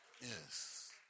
Yes